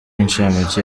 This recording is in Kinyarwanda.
incamake